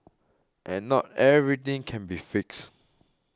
and not everything can be fixed